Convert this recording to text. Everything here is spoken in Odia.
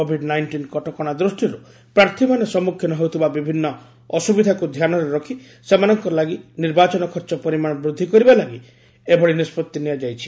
କୋବିଡ୍ ନାଇଷ୍ଟିନ୍ କଟକଣା ଦୃଷ୍ଟିରୁ ପ୍ରାର୍ଥୀମାନେ ସମ୍ମୁଖୀନ ହେଉଥିବା ବିଭିନ୍ନ ଅସୁବିଧାକୁ ଧ୍ୟାନରେ ରଖି ସେମାନଙ୍କ ଲାଗି ନିର୍ବାଚନ ଖର୍ଚ୍ଚ ପରିମାଣ ବୃଦ୍ଧି କରିବା ଲାଗି ଏଭଳି ନିଷ୍କଭି ନିଆଯାଇଛି